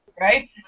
right